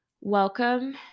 Welcome